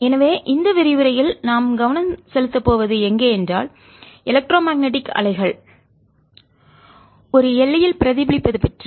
எனவே இந்த விரிவுரையில் நாம் கவனம் செலுத்தப் போவது எங்கே என்றால் எலக்ட்ரோ மேக்னடிக்மின்காந்த அலைகள் அலைகள் ஒரு எல்லையில் பிரதிபலிப்பது பற்றி